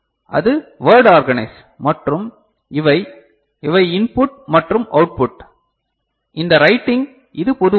இது word organised மற்றும் இவை இவை இன்புட் மற்றும் அவுட்புட் இந்த ரைடிங் இது பொதுவானது